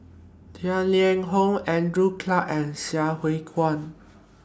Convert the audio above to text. Tang Liang Hong Andrew Clarke and Sai Hua Kuan